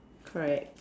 correct